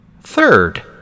Third